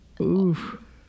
oof